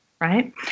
right